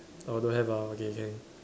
oh don't have ah okay can